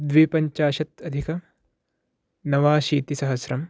द्विपञ्चाशत् अधिक नवाशीतिसहस्रम्